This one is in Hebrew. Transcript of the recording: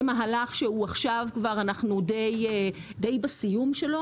זה מהלך שעכשיו כבר אנחנו די בסיום שלו